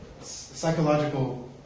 psychological